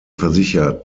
versichert